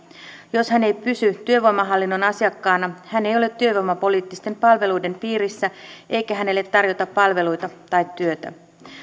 jos hän ei pysy työvoimahallinnon asiakkaana hän ei ole työvoimapoliittisten palveluiden piirissä eikä hänelle tarjota palveluita tai työtä